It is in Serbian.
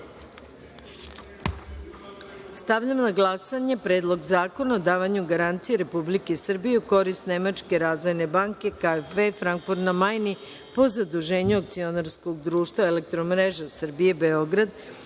A“).Stavljam na glasanje Predlog zakona o davanju garancije Republike Srbije u korist Nemačke razvojne banke KfW, Frankfurt na Majni, po zaduženju Akcionarskog društva „Elektromreža Srbije“, Beograd